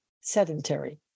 sedentary